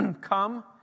Come